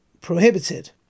prohibited